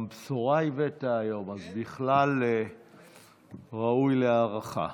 גם בשורה הבאת היום, אז בכלל ראוי להערכה.